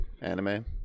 anime